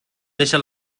deixa